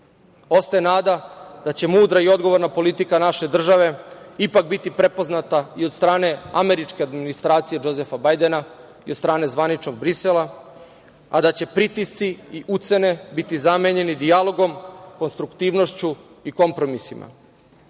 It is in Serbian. nada da će mudra i odgovorna politika naše države ipak biti prepoznata i od strane američke administracije Džozefa Bajdena i od strane zvaničnog Brisela, a da će pritisci i ucene biti zamenjeni dijalogom, konstruktivnošću i kompromisima.